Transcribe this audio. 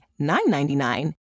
$9.99